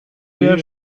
der